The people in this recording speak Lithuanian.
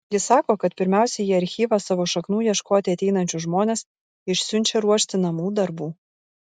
ji sako kad pirmiausia į archyvą savo šaknų ieškoti ateinančius žmones išsiunčia ruošti namų darbų